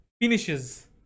Finishes